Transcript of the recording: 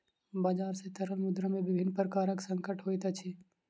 बजार सॅ तरल मुद्रा में विभिन्न प्रकारक संकट होइत अछि